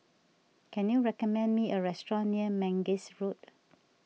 can you recommend me a restaurant near Mangis Road